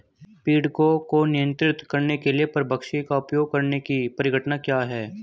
पीड़कों को नियंत्रित करने के लिए परभक्षी का उपयोग करने की परिघटना क्या है?